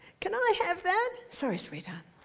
can i have that? sorry, sweetheart,